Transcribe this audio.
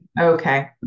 Okay